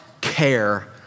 care